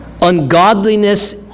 Ungodliness